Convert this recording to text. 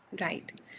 Right